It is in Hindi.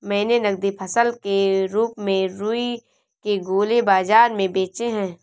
मैंने नगदी फसल के रूप में रुई के गोले बाजार में बेचे हैं